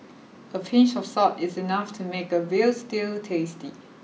a pinch of salt is enough to make a veal stew tasty